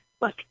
look